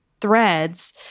threads